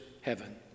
heaven